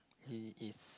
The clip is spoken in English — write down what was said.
he is